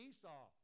Esau